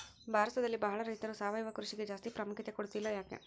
ಭಾರತದಲ್ಲಿ ಬಹಳ ರೈತರು ಸಾವಯವ ಕೃಷಿಗೆ ಜಾಸ್ತಿ ಪ್ರಾಮುಖ್ಯತೆ ಕೊಡ್ತಿಲ್ಲ ಯಾಕೆ?